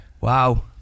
Wow